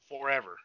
forever